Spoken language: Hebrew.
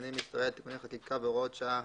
מסתננים מישראל (תיקוני חקיקה והוראות שעה),